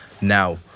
now